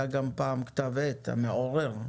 היה פעם כתב עת "המעורר".